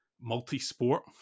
multi-sport